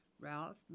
Ralph